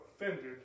offended